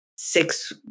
Six